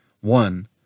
One